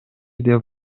деп